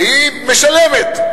והיא משלמת: